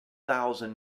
thousand